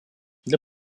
для